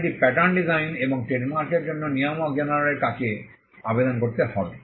এখন এটি pattern design এবং ট্রেডমার্কের জন্য নিয়ামক জেনারেলের কাছে আবেদন করে করতে হবে